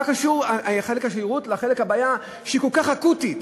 מה קשור השירות לבעיה, שהיא כל כך אקוטית?